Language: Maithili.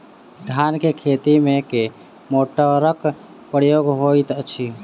धान केँ खेती मे केँ मोटरक प्रयोग होइत अछि?